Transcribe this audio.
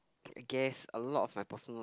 guess a lot of my personal